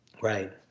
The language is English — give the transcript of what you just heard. Right